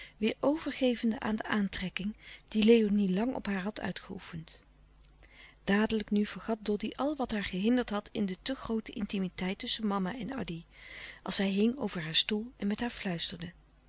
weêr overgevende aan de aantrekking die léonie lang op haar had uitgeoefend dadelijk nu vergat doddy al wat haar gehinderd had in de te groote intimiteit tusschen mama en addy als hij hing over haar stoel en met haar fluisterde